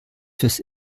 fürs